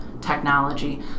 technology